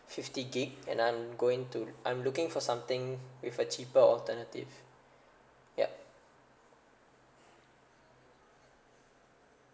fifty gig and I'm going to I'm looking for something with a cheaper alternative yup